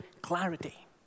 clarity